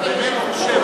אתה באמת חושב,